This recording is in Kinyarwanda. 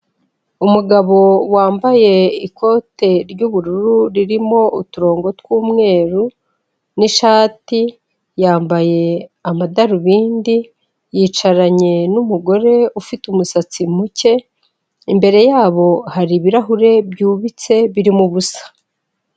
Umugabo wambaye ikote ry'ubururu ririmo uturongo tw'umweru, n'ishati yambaye amadarubindi, yicaranye n'umugore ufite umusatsi muke imbere yabo hari ibirahure byubitse birimo ubusa.